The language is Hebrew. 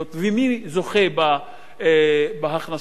ומי זוכה בהכנסות האלו?